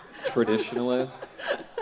traditionalist